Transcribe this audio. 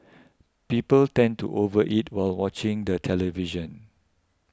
people tend to over eat while watching the television